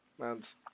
Man's